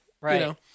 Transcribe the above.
Right